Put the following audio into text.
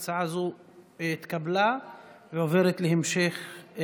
ההצעה להעביר את הצעת חוק ביטוח בריאות ממלכתי (תיקון,